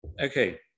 okay